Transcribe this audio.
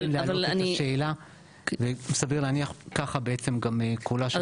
וכן להעלות את השאלה וסביר להניח שככה בעצם גם קולה של